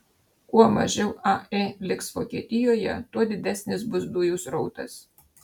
kuo mažiau ae liks vokietijoje tuo didesnis bus dujų srautas